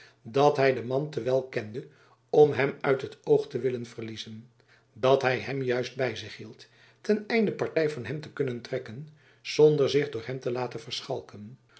dat hy den man te wel kende om hem uit het oog te willen verliezen dat hy hem juist by zich hield ten einde party van hem te kunnen trekken zonder zich door hem te laten